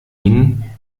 ihnen